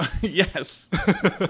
Yes